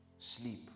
Sleep